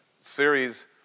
series